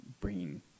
bringing